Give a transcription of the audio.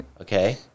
Okay